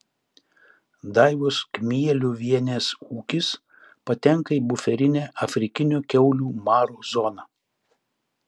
daivos kmieliuvienės ūkis patenka į buferinę afrikinio kiaulių maro zoną